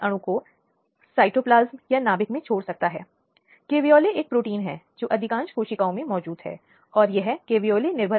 प्रणाली के भीतर गोपनीयता और पहचान सुरक्षा बहुत महत्वपूर्ण है